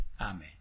Amen